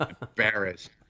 embarrassed